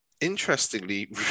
interestingly